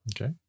Okay